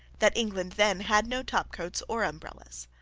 that england then had no top-coats or umbrellas.